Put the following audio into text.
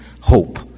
hope